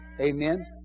Amen